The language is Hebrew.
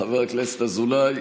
טוב, חבר הכנסת אזולאי,